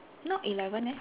not eleven eh